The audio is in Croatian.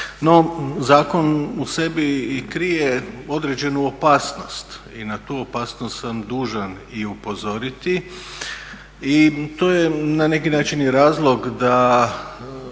no zakon u sebi i krije određenu opasnost i na tu opasnost sam dužan i upozoriti i to je na neki način i razlog da